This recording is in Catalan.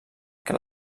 que